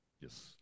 yes